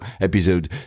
episode